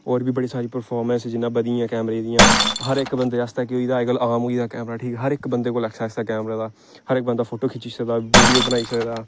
होर बी बड़ी सारी प्रफोर्मेंस जियां बधिया कैमरे दियां हर इक बंदे आस्तै केह् होई गेदा आम होई गेदा कैमरा ठीक ऐ हर इक बंदे कोल ऐक्सेस ऐ कैमरे दा हर इक बंदा फोटो खिच्ची सकदा वीडियो बनाई सकदा